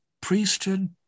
priesthood